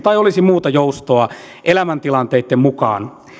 tai olisi muuta joustoa elämäntilanteitten mukaan